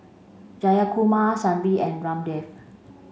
Jayakumar Sanjeev and Ramdev